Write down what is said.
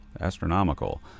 astronomical